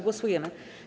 Głosujemy.